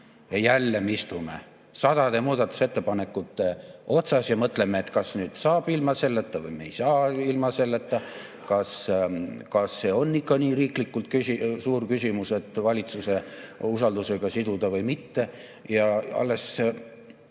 Jälle me istume sadade muudatusettepanekute otsas ja mõtleme, kas nüüd saab ilma selleta või me ei saa ilma selleta. Kas see on ikka riiklikult nii suur küsimus, et see valitsuse usaldusega siduda või mitte? Viimastel